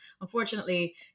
unfortunately